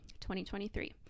2023